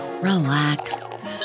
relax